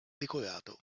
decorato